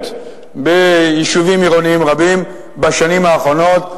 ביישובים עירוניים רבים בשנים האחרונות.